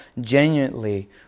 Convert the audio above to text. genuinely